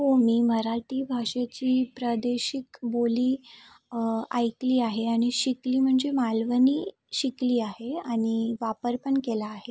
हो मी मराठी भाषेची प्रादेशिक बोली ऐकली आहे आणि शिकली म्हणजे मालवणी शिकली आहे आणि वापर पण केला आहे